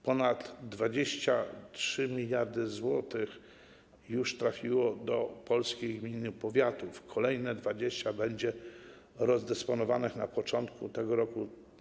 Ponad 23 mld zł już trafiło do polskich gmin i powiatów, kolejne 20 mld będzie rozdysponowane na początku tego roku.